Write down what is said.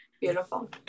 Beautiful